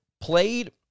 played